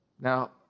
Now